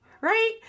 Right